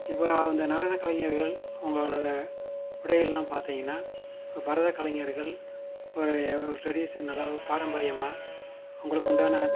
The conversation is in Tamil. இப்போ அந்த நடனக் கலைஞர்கள் அவங்களோட உடைகள்லாம் பார்த்திங்கன்னா இப்போ பரதக்கலைஞர்கள் ஒரு ஒரு ட்ரெடிஷ்னலாகா ஒரு பாரம்பரியமாக அவங்களுக்குண்டான